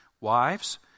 Wives